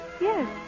Yes